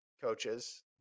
coaches